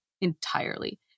entirely